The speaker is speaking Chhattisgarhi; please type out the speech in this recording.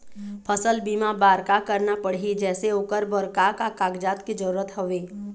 फसल बीमा बार का करना पड़ही जैसे ओकर बर का का कागजात के जरूरत हवे?